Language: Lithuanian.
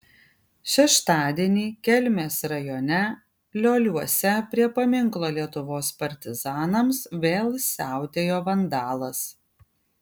šeštadienį kelmės rajone lioliuose prie paminklo lietuvos partizanams vėl siautėjo vandalas